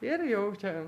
ir jau čia